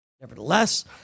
nevertheless